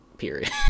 period